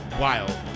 wild